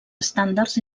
estàndards